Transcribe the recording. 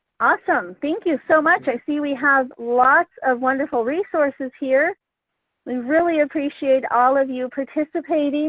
awesome, thank you so much. i see we have lots of wonderful resources here we really appreciate all of you participating